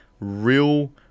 Real